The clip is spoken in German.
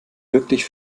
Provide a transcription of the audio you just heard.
wirklich